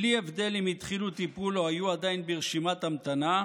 בלי הבדל אם התחילו טיפול או היו עדיין ברשימת המתנה,